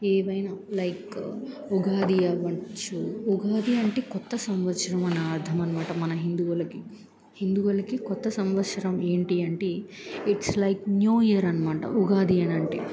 ఏవైనా లైక్ ఉగాది అవ్వచ్చు ఉగాది అంటే కొత్త సంవత్సరం అన అర్థం అనమాట మన హిందువులకి హిందువులకి కొత్త సంవత్సరం ఏంటి అంటే ఇట్స్ లైక్ న్యూ ఇయర్ అనమాట ఉగాది అని అంటే